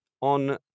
on